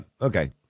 okay